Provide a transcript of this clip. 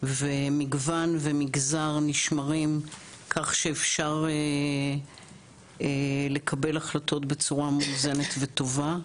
ומגוון ומגזר נשמרים כך שאפשר לקבל החלטות בצורה מאוזנת וטובה.